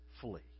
flee